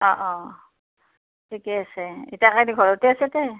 অ অ ঠিকে আছে এতিয়া ঘৰতে আছেনে